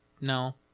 No